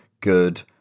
good